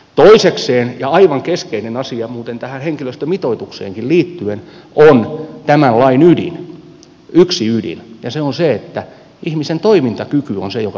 toisekseen aivan keskeinen asia muuten tähän henkilöstömitoitukseenkin liittyen tämän lain ydin yksi ydin on se että ihmisen toimintakyky on se joka määrittelee palvelutarpeen